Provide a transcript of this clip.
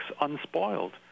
unspoiled